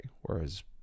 Whereas